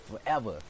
forever